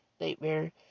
nightmare